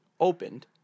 opened